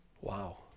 Wow